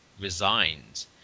resigned